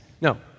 No